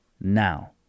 now